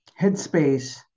Headspace